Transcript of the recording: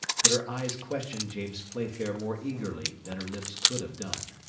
but her eyes questioned james playfair more eagerly than her lips could have done.